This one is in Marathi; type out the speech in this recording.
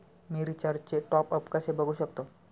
मी रिचार्जचे टॉपअप कसे बघू शकतो?